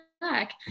back